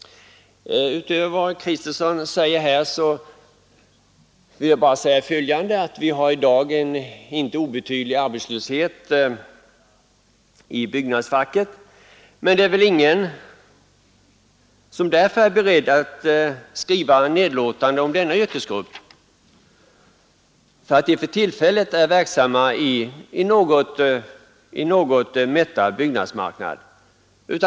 Utöver vad herr Kristiansson sagt vill jag bara säga följande, Vi har i dag en inte obetydlig arbetslöshet inom byggnadsfacket, men därför är det väl ingen som är beredd att skriva nedlåtande om den yrkesgrupp som är verksam i en för tillfället något mättad byggnadsmarknad.